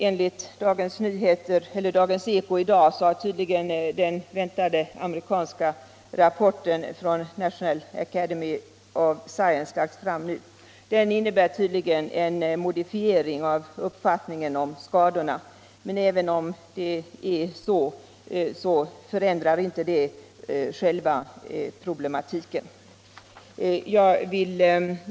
Enligt Dagens eko i dag har den väntade amerikanska rapporten från National Academy of Science lagts fram nu. Den innebär tydligen en modifiering av uppfattningen om skadorna. men även om det är så förändrar det inte själva problematiken.